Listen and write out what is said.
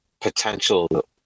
potential